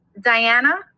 Diana